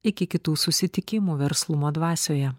iki kitų susitikimų verslumo dvasioje